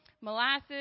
molasses